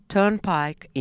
Turnpike